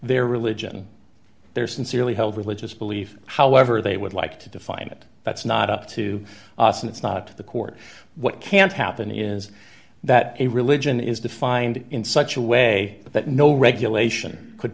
their religion their sincerely held religious belief however they would like to define it that's not up to us it's not the court what can't happen is that a religion is defined in such a way that no regulation could